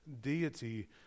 deity